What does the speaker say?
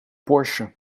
porsche